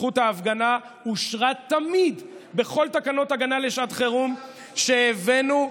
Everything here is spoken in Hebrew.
זכות ההפגנה אושרה תמיד בכל תקנות ההגנה לשעת חירום שהבאנו,